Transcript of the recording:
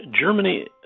Germany